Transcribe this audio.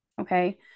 Okay